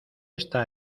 esta